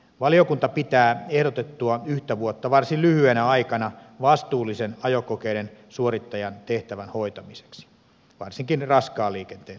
valiokunta pitää ehdotettua yhtä vuotta varsin lyhyenä aikana vastuullisen ajokokeiden suorittajan tehtävän hoitamiseksi varsinkin raskaan liikenteen osalta